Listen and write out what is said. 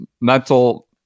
mental